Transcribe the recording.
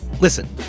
listen